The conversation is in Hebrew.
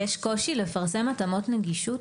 יש קושי לפרסם התאמות נגישות?